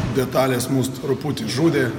detalės mus truputį žudė